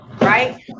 right